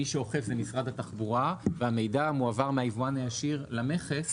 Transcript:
מי שאוכף זה משרד התחבורה והמידע מועבר מהיבואן הישיר למכס